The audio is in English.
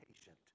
patient